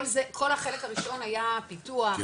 כל החלק הראשון היה פיתוח,